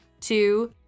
Two